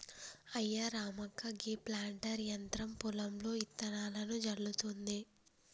అయ్యా రామక్క గీ ప్లాంటర్ యంత్రం పొలంలో ఇత్తనాలను జల్లుతుంది